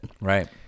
right